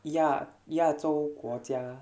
亚亚洲国家